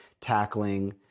tackling